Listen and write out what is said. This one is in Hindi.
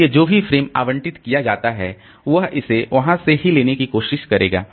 इसलिए जो भी फ्रेम आवंटित किया जाता है वह इसे वहां से ही लेने की कोशिश करेगा